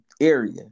area